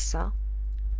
yes, sir.